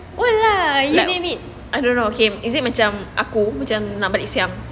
I don't know okay is it macam aku macam nak balik siang